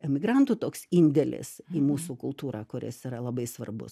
emigrantų toks indėlis į mūsų kultūrą kuris yra labai svarbus